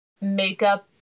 makeup